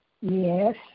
Yes